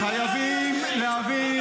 חבריי, חברים, חייבים להבין,